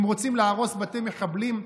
אם רוצים להרוס בתי מחבלים,